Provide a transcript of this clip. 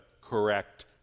correct